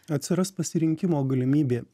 atsiras pasirinkimo galimybė